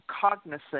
cognizant